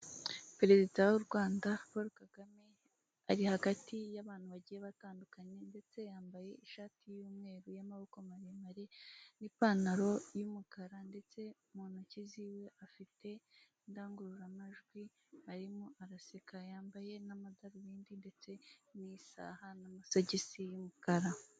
Perezida w'u Rwanda Polo Kagame ari hagati y'abantu bagiye batandukanye, ndetse yambaye ishati y'umweru y'amaboko maremare n'ipantaro y'umukara, ndetse mu ntoki ziwe afite indangururamajwi arimo araseka yambaye n'amadarubindi ndetse n'isaha n'amasogisi y'umukara.